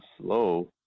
slow